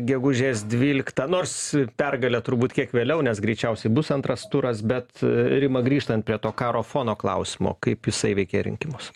gegužės dvyliktą nors pergalė turbūt kiek vėliau nes greičiausiai bus antras turas bet rima grįžtant prie to karo fono klausimo kaip jisai veikia rinkimus